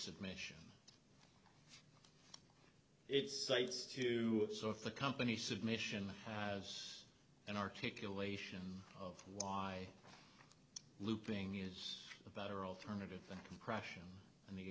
submission its sites too so if the company submission has an articulation of why looping is a better alternative than compression and the